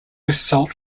salt